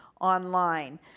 online